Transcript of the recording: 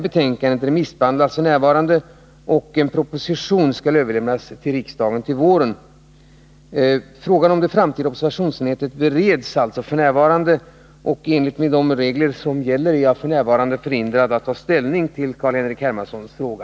Betänkandet remissbehandlas f. n., och en proposition kommer att överlämnas till riksdagen till våren. Frågan om det framtida observationsnätet bereds således f. n. Jag kan därför inte nu ta ställning till Carl-Henrik Hermanssons fråga.